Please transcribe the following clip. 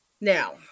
Now